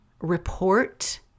report